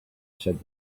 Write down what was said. said